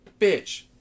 bitch